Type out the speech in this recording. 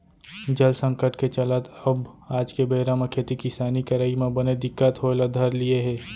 जल संकट के चलत अब आज के बेरा म खेती किसानी करई म बने दिक्कत होय ल धर लिये हे